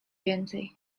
więcej